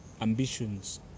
Ambitions